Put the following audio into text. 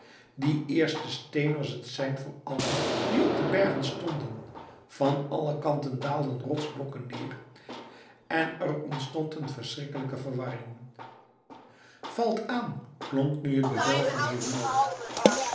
die eerste steen was het sein voor allen die op de bergen stonden van alle kanten daalden rotsblokken neer en er ontstond eene verschrikkelijke verwarring valt aan klonk nu het bevel van heer rudolf